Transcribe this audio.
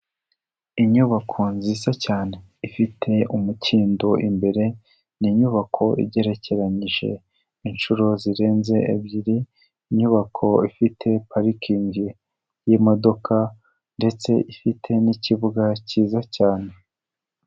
Inyubako nziza cyane ifite umukindo imbere ni inyubako igerekeranyije inshuro zirenze ebyiri inyubako ifite parikingi y'imodoka ndetse ifite n'ikibuga cyiza cyane.